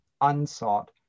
unsought